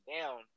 down